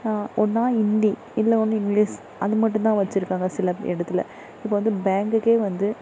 ஒன்றா இந்தி இல்லை ஒன்று இங்கிலீஷ் அதுமட்டுந்தான் வச்சுருக்காங்க சில இடத்துல இப்போ வந்து பேங்க்குக்கே வந்து